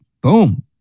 boom